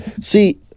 See